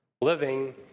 living